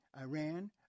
Iran